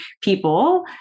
people